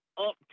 up